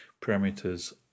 parameters